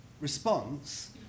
response